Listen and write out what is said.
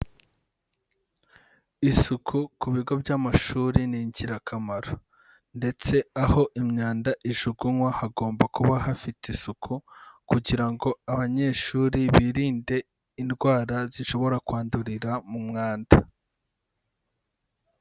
Isuku ku bigo by'amashuri ni ingirakamaro ndetse aho imyanda ijugunywa hagomba kuba hafite isuku kugira ngo abanyeshuri birinde indwara zishobora kwandurira mu mwanda.